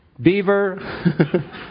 beaver